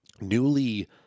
newly